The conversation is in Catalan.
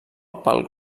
pel